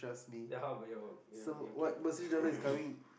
ya how about your your your cake